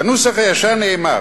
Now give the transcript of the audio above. בנוסח הישן נאמר